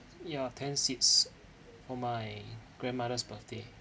ya ten seats for my grandmother's birthday